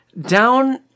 Down